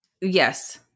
yes